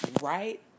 right